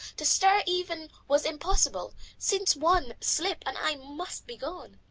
to stir even was impossible, since one slip and i must be gone.